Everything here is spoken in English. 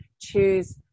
choose